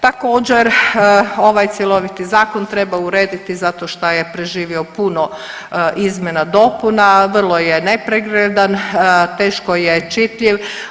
Također, ovaj cjeloviti zakon treba urediti zato šta je preživio puno izmjena, dopuna, vrlo je nepregledan, teško je čitljiv.